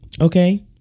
okay